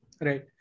Right